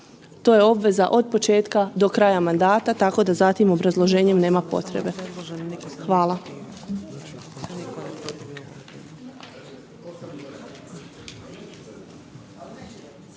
to je obveza od početka do kraja mandata tako da za tim obrazloženjem nema potrebe. Hvala.